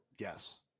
Yes